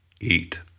eat